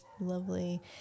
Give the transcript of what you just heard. lovely